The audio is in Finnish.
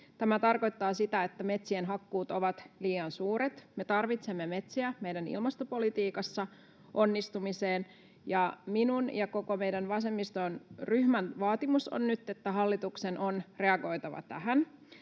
Tämä tarkoittaa, että metsien hakkuut ovat liian suuret. Me tarvitsemme metsiä meidän ilmastopolitiikassa onnistumiseen, ja minun ja koko meidän vasemmiston ryhmän vaatimus on nyt, että hallituksen on reagoitava tähän.